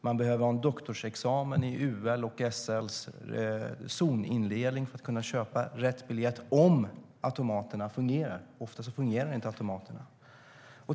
Man behöver ha en doktorsexamen i UL:s och SL:s zonindelning för att kunna köpa rätt biljett om automaterna fungerar, och ofta fungerar inte automaterna.